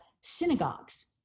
synagogues